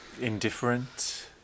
Indifferent